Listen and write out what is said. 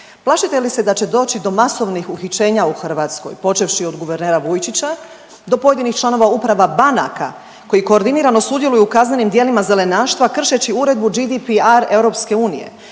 Plašite li se da će doći do masovnih uhićenja u Hrvatskoj, počevši od guvernera Vujčića do pojedinih članova uprava banaka koji koordinirano sudjeluju u kaznenim djelima zelenaštva kršeći uredbu GDPR EU.